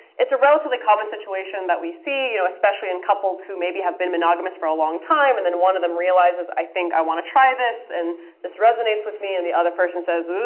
it's a relatively common situation that we see, you know especially in couples who maybe have been monogamous for a long time and then one of them realizes, i think i want to try this, and this resonates with me and the other person says,